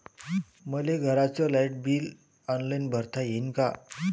मले घरचं light bill online भरता येईन का?